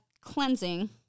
cleansing